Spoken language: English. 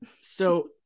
So-